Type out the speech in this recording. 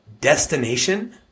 destination